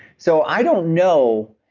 so i don't know,